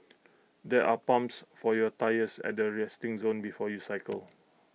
there are pumps for your tyres at the resting zone before you cycle